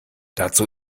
dazu